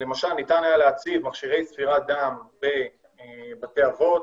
למשל היה ניתן להציב מכשירי ספירת דם בבתי אבות,